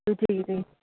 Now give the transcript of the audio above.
जी जी